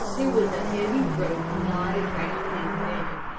there was a heavy rope knotted round his neck,